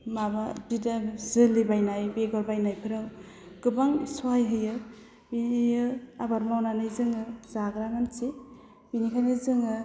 माबा बिदान जोलै बायनाय बेगर बायनायफोराव गोबां सहाय होयो बेयो आबाद मावनानै जोङो जाग्रा मानसि बेनिखायनो जोङो